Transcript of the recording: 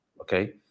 Okay